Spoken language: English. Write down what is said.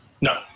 no